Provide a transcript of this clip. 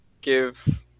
give